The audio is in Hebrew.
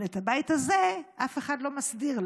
אבל את הבית הזה אף אחד לא מסדיר.